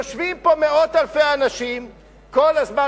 יושבים פה מאות אלפי אנשים כל הזמן,